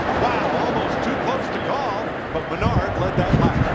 wow. almost too close to call. but menard led that lap.